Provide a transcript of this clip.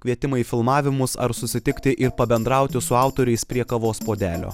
kvietimai į filmavimus ar susitikti ir pabendrauti su autoriais prie kavos puodelio